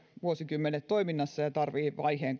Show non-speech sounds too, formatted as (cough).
vuosikymmenet toiminnassa ja tarvitsee vaiheen (unintelligible)